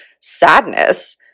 sadness